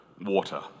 water